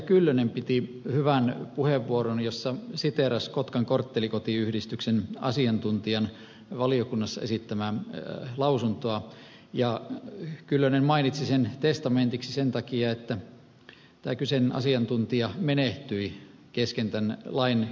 kyllönen piti hyvän puheenvuoron jossa siteerasi kotkan korttelikotiyhdistyksen asiantuntijan valiokunnassa esittämää lausuntoa ja kyllönen mainitsi sen testamentiksi sen takia että tämä kyseinen asiantuntija menehtyi kesken tämän lain käsittelyn